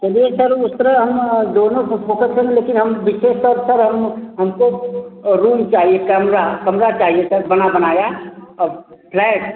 चलिए सर उस तरह हम दोनों पर फोकस कर रहे हैं लेकिन हम विशेषकर सर हम हमको रूम चाहिए कैमरा कमरा चाहिए सर बना बनाया और फ्लैट